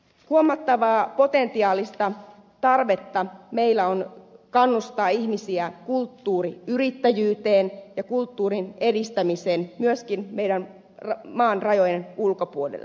huomattavaa potentiaalista tarvetta meillä on kannustaa ihmisiä kulttuuriyrittäjyyteen ja kulttuurin edistämiseen myöskin meidän maamme rajojen ulkopuolella